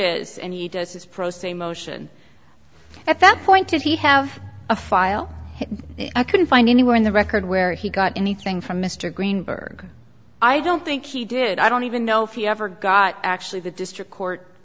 is and he does his pro se motion at that point if he have a file i couldn't find anywhere in the record where he got anything from mr greenberg i don't think he did i don't even know if he ever got actually the district court